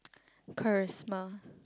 charisma